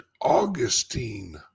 Augustine